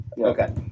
Okay